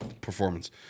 performance